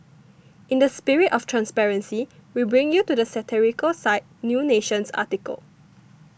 in the spirit of transparency we bring to you satirical site New Nation's article